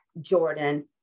Jordan